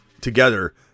together